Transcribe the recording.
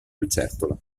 lucertola